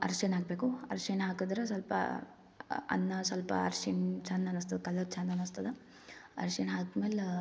ಅರ್ಶಿಣ ಹಾಕ್ಬೇಕು ಅರ್ಶಿಣ ಹಾಕಿದ್ರೆ ಸ್ವಲ್ಪ ಅನ್ನ ಸ್ವಲ್ಪ ಅರ್ಶಿಣ ಚಂದ ಅನಿಸ್ತದ್ ಕಲರ್ ಚಂದ ಅನಿಸ್ತದ ಅರ್ಶಿಣ ಹಾಕ್ಮೇಲೆ